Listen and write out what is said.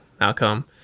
outcome